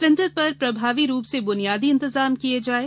centre पर प्रभावी रूप से बुनियादी इंतजाम किए जायें